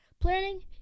Planning